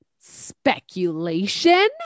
Speculation